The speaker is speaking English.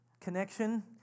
connection